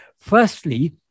Firstly